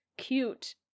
cute